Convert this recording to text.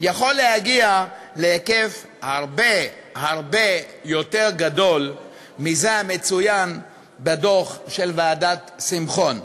יכול להיות הרבה הרבה יותר גדול מזה המצוין בדוח של ועדת שמחון.